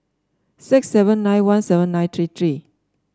six seven nine one seven nine three three